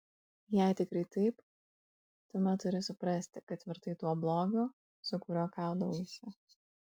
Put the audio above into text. jei tikrai taip tuomet turi suprasti kad virtai tuo blogiu su kuriuo kaudavaisi